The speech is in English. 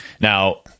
Now